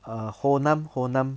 err hoa nam hoa nam